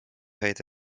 häid